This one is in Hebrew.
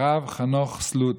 הרב חנוך סלוד,